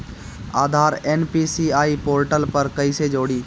आधार NPCI portal पर कईसे जोड़ी?